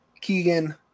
Keegan